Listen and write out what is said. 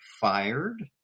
fired